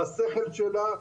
בשכל שלה,